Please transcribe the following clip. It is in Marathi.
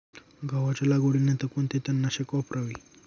गव्हाच्या लागवडीनंतर कोणते तणनाशक वापरावे?